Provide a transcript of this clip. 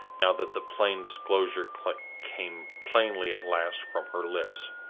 now that the plain disclosure came plainly at last from her lips.